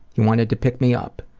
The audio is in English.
he wanted to pick me up.